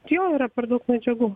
jo yra per daug medžiagų